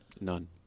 None